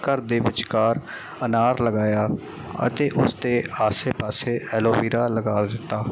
ਘਰ ਦੇ ਵਿਚਕਾਰ ਅਨਾਰ ਲਗਾਇਆ ਅਤੇ ਉਸਦੇ ਆਸੇ ਪਾਸੇ ਐਲੋਵੀਰਾ ਲਗਾ ਦਿੱਤਾ